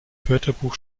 wörterbuch